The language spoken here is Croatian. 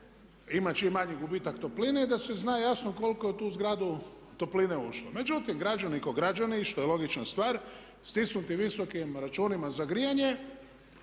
ima čim manji gubitak topline i da se zna jasno koliko je u tu zgradu topline ušlo. Međutim, građani ko građani što je logična stvar stisnuti visokim računima za grijanje